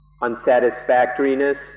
unsatisfactoriness